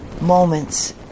moments